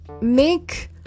make